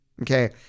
okay